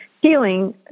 healing